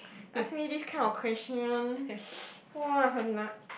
ask me this kind of question [wah] hen nan